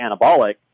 anabolic